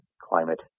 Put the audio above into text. climate